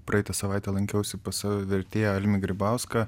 praeitą savaitę lankiausi pas savo vertėją almį grybauską